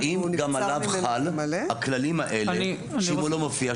שאלתי האם גם עליו חל הכללים האלה שאם הוא לא מופיע,